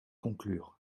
conclure